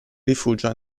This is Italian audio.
rifugio